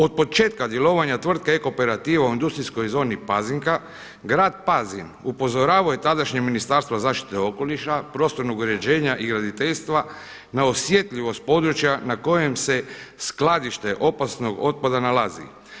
Od početka djelovanja tvrtke Ecooperativa u industrijskoj zoni Pazinka grad Pazin upozoravao je tadašnje Ministarstvo zaštite okoliša, prostornog uređenja i graditeljstva za osjetljivost područja na kojem se skladište opasnog otpada nalazi.